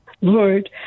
Lord